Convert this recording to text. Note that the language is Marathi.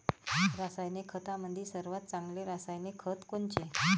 रासायनिक खतामंदी सर्वात चांगले रासायनिक खत कोनचे?